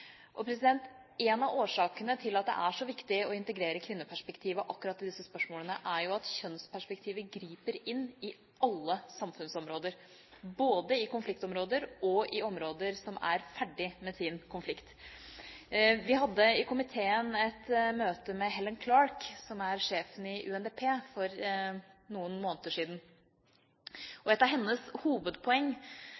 En av årsakene til at det er så viktig å integrere kvinneperspektivet akkurat i disse spørsmålene, er at kjønnsperspektivet griper inn i alle samfunnsområder, både i konfliktområder og i områder som er ferdig med sin konflikt. Vi hadde i komiteen et møte med Helen Clark, som er sjefen i UNDP, for noen måneder siden,